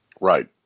Right